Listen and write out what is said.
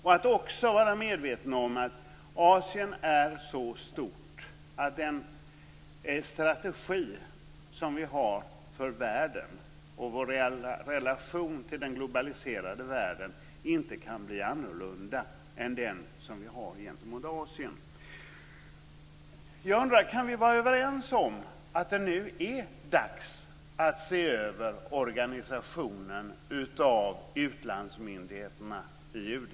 Vi bör också vara medvetna om att Asien är så stort att den strategi som vi har för världen och vår relation till den globaliserade världen inte kan bli annorlunda än den som vi har gentemot Asien. Jag undrar: Kan vi vara överens om att det nu är dags att se över organisationen av utlandsmyndigheterna inom UD?